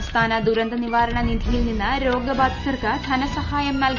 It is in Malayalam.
സംസ്ഥാന ദുരന്ത നിവാരണ നിധിയിൽ നിന്ന് രോഗബാധിതർക്ക് ധനസഹായം നൽകാൻ അനുമതി